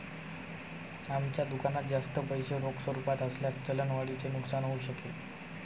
आमच्या दुकानात जास्त पैसे रोख स्वरूपात असल्यास चलन वाढीचे नुकसान होऊ शकेल